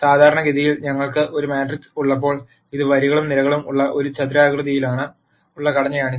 സാധാരണഗതിയിൽ ഞങ്ങൾക്ക് ഒരു മാട്രിക്സ് ഉള്ളപ്പോൾ ഇത് വരികളും നിരകളും ഉള്ള ഒരു ചതുരാകൃതിയിലുള്ള ഘടനയാണ്